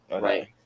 right